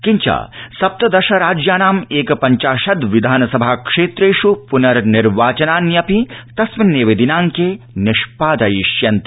किञ्च सप्तदश राज्यानाम् एक पञ्चाशद् विधानसभा क्षेत्रेष् पुनर्निर्वाचनान्यपि तस्मिन्नेव दिनांके निष्पादयिष्यन्ते